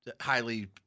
highly